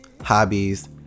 hobbies